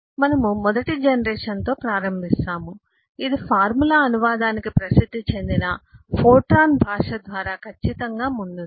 కాబట్టి మనము మొదటి జనరేషన్ తో ప్రారంభిస్తాము ఇది ఫార్ములా అనువాదానికి ప్రసిద్ధి చెందిన ఫోర్ట్రాన్ భాష ద్వారా ఖచ్చితంగా ముందుంది